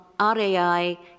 RAI